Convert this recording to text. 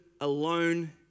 alone